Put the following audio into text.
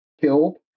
killed